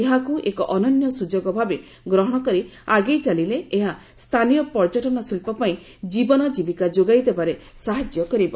ଏହାକୁ ଏକ ଅନନ୍ୟ ସୁଯୋଗ ଭାବେ ଗ୍ରହଣ କରି ଆଗେଇ ଚାଲିଲେ ଏହା ସ୍ଥାନୀୟ ପର୍ଯ୍ୟଟନ ଶିଳ୍ପ ପାଇଁ ଜୀବନ ଜୀବିକା ଯୋଗାଇ ଦେବାରେ ସାହାଯ୍ୟ କରିବ